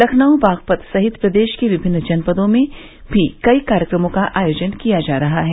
लखनऊ बागपत सहित प्रदेश के विभिन्न जनपदों में भी कई कार्यक्रमों का आयोजन किया जा रहा है